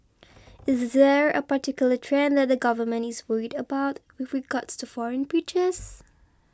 is there a particular trend that the Government is worried about with regards to foreign preachers